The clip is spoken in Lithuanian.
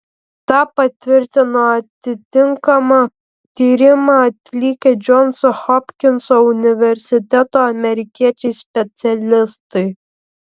tą patvirtino atitinkamą tyrimą atlikę džonso hopkinso universiteto amerikiečiai specialistai